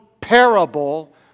parable